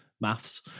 Maths